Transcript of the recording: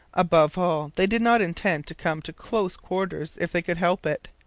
above all, they did not intend to come to close quarters if they could help it.